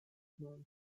meant